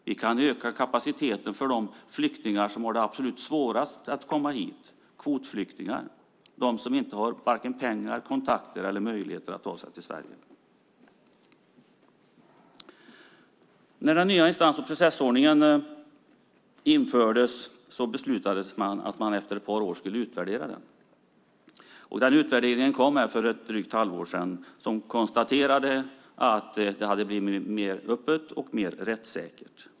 Vi kan öka kapaciteten för flyktingar som har absolut svårast att komma hit - kvotflyktingar, människor som har varken pengar, kontakter eller möjligheter att ta sig till Sverige. När den nya instans och processordningen infördes beslutade man att efter ett par år utvärdera den. Den utvärderingen kom för drygt ett halvår sedan. Där konstateras det att det har blivit mer öppet och mer rättssäkert.